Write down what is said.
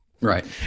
Right